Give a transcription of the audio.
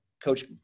Coach